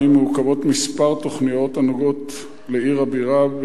מעוכבות כמה תוכניות הנוגעות לעיר הבירה,